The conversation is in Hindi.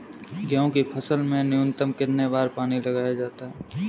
गेहूँ की फसल में न्यूनतम कितने बार पानी लगाया जाता है?